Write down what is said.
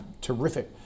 terrific